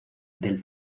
del